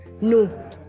No